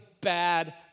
bad